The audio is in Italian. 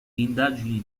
indagini